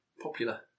popular